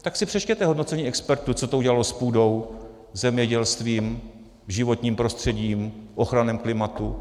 Tak si přečtěte hodnocení expertů, co to udělalo s půdou, zemědělstvím, životním prostředím, ochranou klimatu.